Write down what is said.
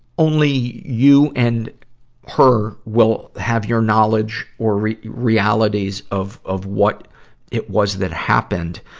only you and her will have your knowledge or realities of, of what it was that happened,